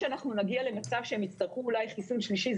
שנגיע למצב שהם יצטרכו אולי חיסון שלישי,